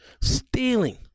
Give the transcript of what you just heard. Stealing